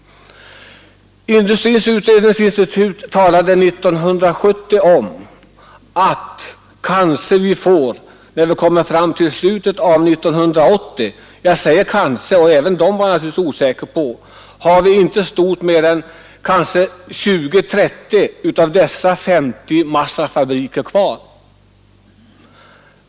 Industrins utredningsinstitut talade 1970 om att när vi kommer fram till slutet av 1980-talet kanske inte stort mer än 20—30 av de 50 massafabrikerna finns kvar.